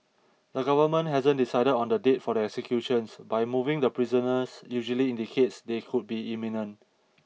the government hasn't decided on the date for the executions but moving the prisoners usually indicates they could be imminent